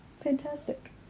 Fantastic